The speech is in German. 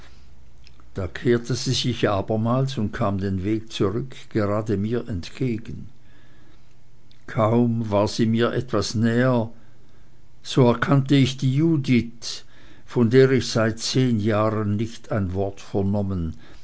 dann kehrte sie sich abermals und kam den weg zurück gerade mir entgegen kaum war sie mir etwas näher so erkannte ich die judith von der ich seit zehn jahren nicht ein wort vernommen